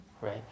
right